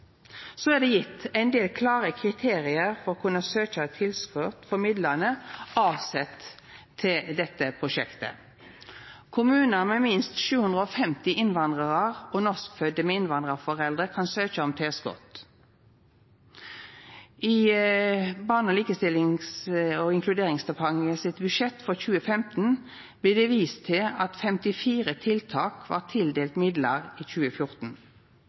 Så er det gjeve ein del klare kriterium for å kunna søkja tilskot for midlane som er avsette til dette prosjektet. Kommunar med minst 750 innvandrarar og norskfødde med innvandrarforeldre kan søkja om tilskot. I Barne-, likestillings- og inkluderingsdepartementet sitt budsjett for 2015 blir det vist til at 54 tiltak var tildelte midlar i 2014.